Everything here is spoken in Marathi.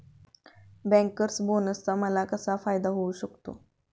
बँकर्स बोनसचा मला कसा फायदा होऊ शकतो?